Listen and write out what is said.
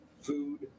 food